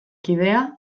kidea